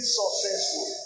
successful